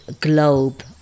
globe